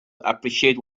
appreciate